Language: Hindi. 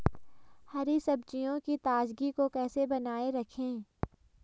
हरी सब्जियों की ताजगी को कैसे बनाये रखें?